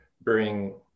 bring